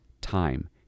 time